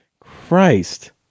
Christ